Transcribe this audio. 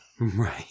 Right